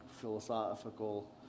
philosophical